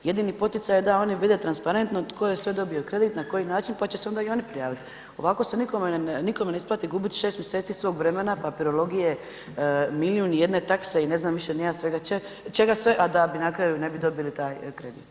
Jedini poticaj je da oni vide transparentno tko je sve dobio kredit, na koji način pa će se onda i oni prijaviti, ovako se nikome ne isplati gubit 6 mj. svoga vremena, papirologije, milijun i jedne takse i ne znam više ni ja čega sve a da bi na kraju ne bi dobili taj kredit.